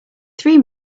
three